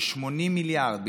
מ-80 מיליארד,